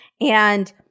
And-